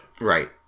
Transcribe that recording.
Right